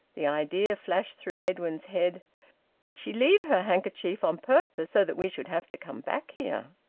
the idea flashed through edwin's head did she leave her handkerchief on purpose, so that we should have to come back here?